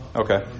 Okay